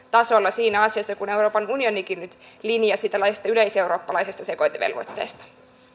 tasolla siinä asiassa kun euroopan unionikin nyt linjasi tällaisesta yleiseurooppalaisesta sekoitevelvoitteesta